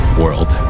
world